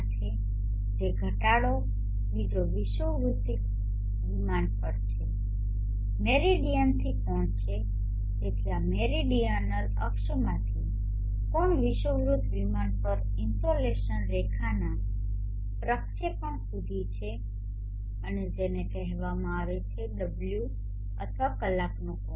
δ જે ઘટાડો બીજો વિષુવવૃત્તીક વિમાન પર છે મેરિડીયનથી કોણ છે તેથી આ મેરિડીયનલ અક્ષમાંથી કોણ વિષુવવૃત્ત વિમાન પર ઇન્સોલેસન રેખાના પ્રક્ષેપણ સુધી છે અને જેને કહેવામાં આવે છે ω અથવા કલાકનો કોણ